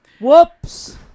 Whoops